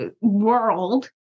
world